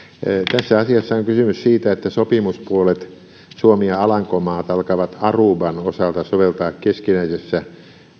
asiassa on kysymys siitä että sopimuspuolet suomi ja alankomaat alkavat aruban osalta soveltaa keskinäisessä